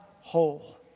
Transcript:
whole